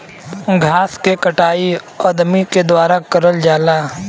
घास के कटाई अदमी के द्वारा करल जाला